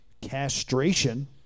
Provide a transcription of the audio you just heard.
Castration